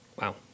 Wow